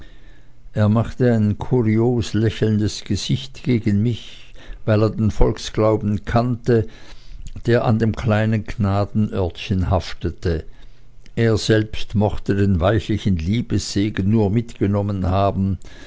er machte ein kurios lächelndes gesicht gegen mich weil er den volksglauben kannte der an dem kleinen gnadenörtchen haftete er selbst mochte den weichlichen liebessegen nur mitgenommen haben